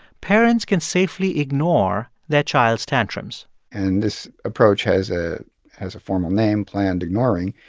parents can safely ignore their child's tantrums and this approach has ah has a formal name planned ignoring.